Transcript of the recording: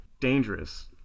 dangerous